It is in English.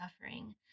suffering